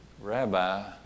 Rabbi